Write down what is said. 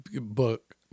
book